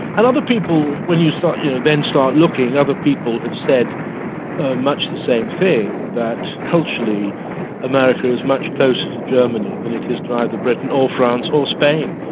and other people, when you you know then start looking, other people have said much the same thing, that culturally america is much closer to germany than it is to either britain or france or spain.